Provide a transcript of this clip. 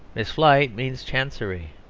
miss flite means chancery.